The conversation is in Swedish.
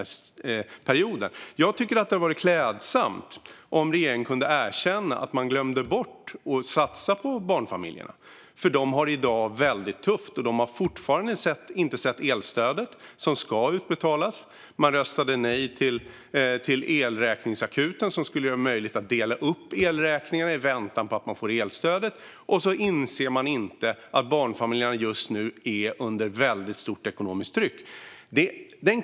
Jag tycker att det hade varit klädsamt om regeringen kunde erkänna att man glömde bort att satsa på barnfamiljerna. De har det väldigt tufft i dag. Och de har fortfarande inte sett elstödet som ska betalas ut. Man röstade också nej till elräkningsakuten, som skulle göra det möjligt att dela upp elräkningarna i väntan på elstödet. Man inser inte att barnfamiljerna just nu är under stort ekonomiskt tryck.